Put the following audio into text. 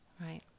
right